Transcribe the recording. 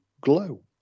glow